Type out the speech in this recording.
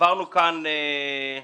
עברנו כאן שנים